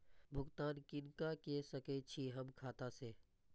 भुगतान किनका के सकै छी हम खाता से?